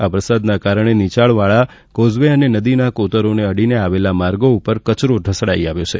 આ વરસાદના કારણે નીચાણવાળા કોઝવે અને નદી કોતરોને અડીને આવેલા માર્ગો ઉપર કચરો ઢસડાઈ આવ્યો છે